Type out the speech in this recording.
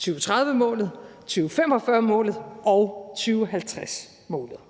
2030-målet, 2045-målet og 2050-målet.